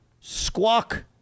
Squawk